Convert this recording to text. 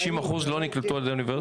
90% לא נקלטו על ידי האוניברסיטה?